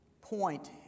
point